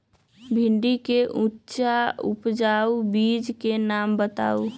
भिंडी के उच्च उपजाऊ बीज के नाम बताऊ?